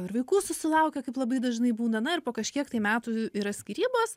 ir vaikų susilaukia kaip labai dažnai būna na ir po kažkiek tai metų yra skyrybos